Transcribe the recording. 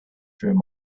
through